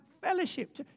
fellowship